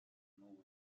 новые